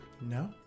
No